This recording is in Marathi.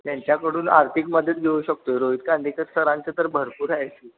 त्यांच्याकडून आर्थिक मदत घेऊ शकतो रोहित कांदेकर सरांचं तर भरपूर आहे की